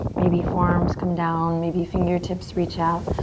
maybe forearms come down, maybe fingertips reach out.